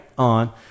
on